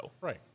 Right